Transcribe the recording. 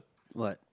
what